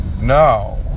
no